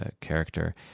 character